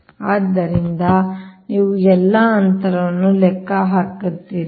ಆದ್ದರಿಂದ ನೀವು ಎಲ್ಲಾ ಅಂತರವನ್ನು ಲೆಕ್ಕ ಹಾಕುತ್ತೀರಿ